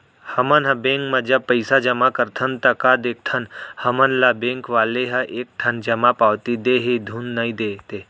हमन ह बेंक म जब पइसा जमा करथन ता का देखथन हमन ल बेंक वाले ह एक ठन जमा पावती दे हे धुन नइ ते